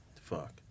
Fuck